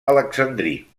alexandrí